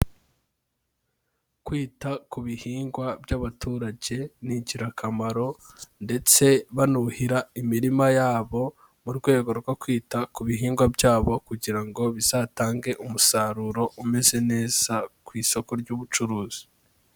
Kwita ku bihingwa by'abaturage ni ingirakamaro ndetse banuhira imirima yabo mu rwego rwo kwita ku bihingwa byabo, kugira ngo bizatange umusaruro umeze neza ku isoko ry'ubucuruzi.